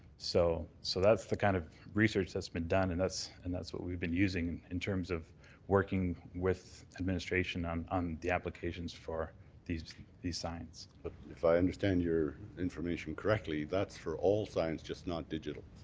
so so that's the kind of research that's been done, and that's and that's what we've been using in terms of working with administration on on the applications for these these signs. but if i understand your information correctly, that's for all sinls, just not digital?